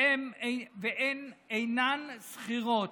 והן אינן שכירות,